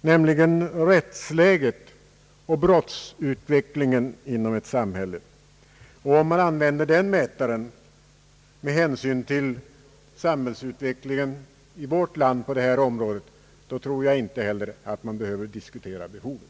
nämligen rättsläget och brottsutvecklingen inom ett samhälle. Om man använder den mätaren med hänsyn till samhällsutvecklingen i vårt land på detta område, tror jag inte heller att man behöver diskutera behovet.